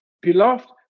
beloved